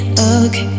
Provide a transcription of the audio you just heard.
okay